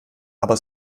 aber